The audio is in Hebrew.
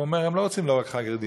הוא אומר: הם לא רוצים לא רק חרדים,